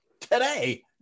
Today